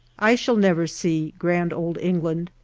i shall never see grand old england,